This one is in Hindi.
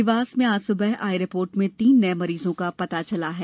देवास में आज सुबह आई रिपोर्ट में तीन नये मरीजों का पता चला है